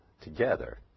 together